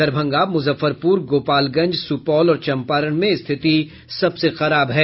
दरभंगा मुजफ्फरपुर गोपालगंज सुपौल और चंपारण में स्थिति सबसे खराब है